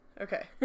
Okay